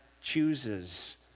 chooses